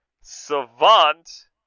Savant